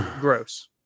Gross